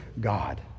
God